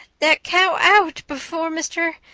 that cow. out. before. mr.